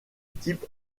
type